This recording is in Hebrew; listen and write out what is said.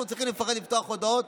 אנחנו צריכים לפחד לפתוח הודעות?